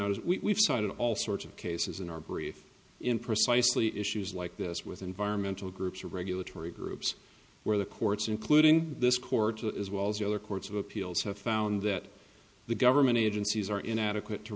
we started all sorts of cases in our brief in precisely issues like this with environmental groups or regulatory groups where the courts including this court as well as other courts of appeals have found that the government agencies are inadequate to